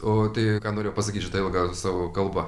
o tai ką norėjau pasakyti šita ilga savo kalba